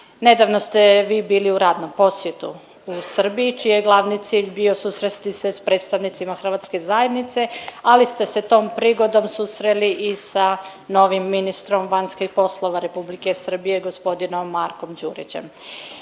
Nedavno ste vi bili u radnom posjetu u Srbiji čiji je glavni cilj bio susresti se sa predstavnicima hrvatske zajednice, ali ste se tom prigodom susreli i sa novim ministrom vanjskih poslova Republike Srbije gospodinom Markom Đurićem.